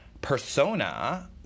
persona